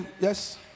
Yes